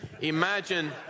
Imagine